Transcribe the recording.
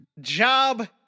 job